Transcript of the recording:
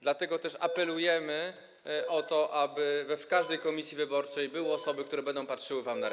Dlatego też apelujemy o to, aby w każdej komisji wyborczej były osoby, które będą patrzyły wam na ręce.